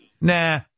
nah